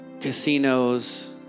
casinos